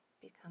become